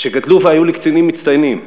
שגדלו והיו לקצינים מצטיינים: